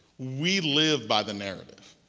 we live by the narrative.